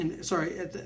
sorry